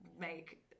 make